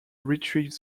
retrieve